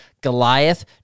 Goliath